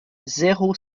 zéro